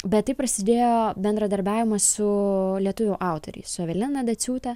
bet taip prasidėjo bendradarbiavimas su lietuvių autoriais su evelina dociūte